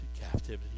captivity